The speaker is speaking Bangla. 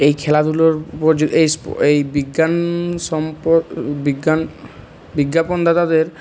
এই খেলাধুলোর উপর বিজ্ঞাপনদাতাদের